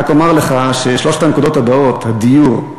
רק אומר לך ששלוש הנקודות הבאות: הדיור,